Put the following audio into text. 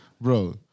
Bro